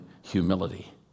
humility